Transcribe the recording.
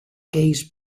gaze